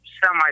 semi